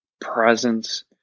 presence